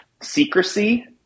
Secrecy